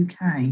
UK